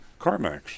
CarMax